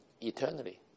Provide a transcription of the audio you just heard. eternally. (